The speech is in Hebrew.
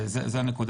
זה בנושא